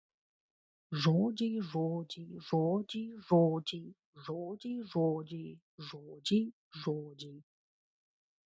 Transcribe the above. žodžiai žodžiai žodžiai žodžiai žodžiai žodžiai žodžiai žodžiai